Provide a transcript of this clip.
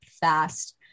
fast